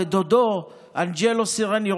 ודודו אנג'לו סרני,